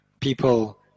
people